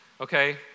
okay